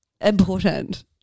important